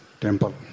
temple